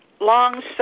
long